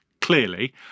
clearly